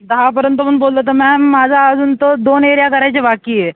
दहापर्यंत पण बोललं तर मॅम माझा अजून तो दोन एरिया करायचे बाकी आहे